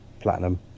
platinum